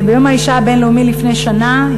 ביום האישה הבין-לאומי לפני שנה,